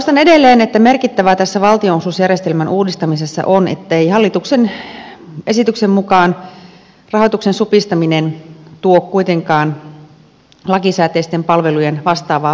toistan edelleen että merkittävää tässä valtionosuusjärjestelmän uudistamisessa on ettei hallituksen esityksen mukaan rahoituksen supistaminen tuo kuitenkaan lakisääteisten palvelujen vastaavaa vähenemistä